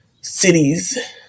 cities